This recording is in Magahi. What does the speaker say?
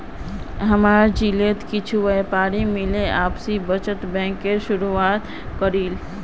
हमसार जिलात कुछु व्यापारी मिले आपसी बचत बैंकेर शुरुआत करील